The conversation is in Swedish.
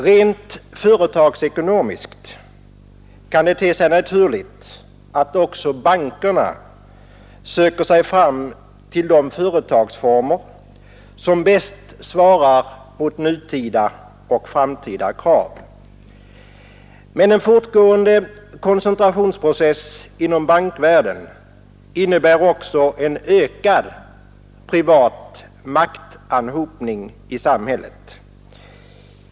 Rent företagsekonomiskt kan det te sig naturligt att också bankerna söker sig fram till de företagsformer som bäst svarar mot nutida och framtida krav, men en fortgående koncentrationsprocess inom bankvärlden innebär också en ökad privat maktanhopning i samhället.